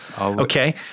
Okay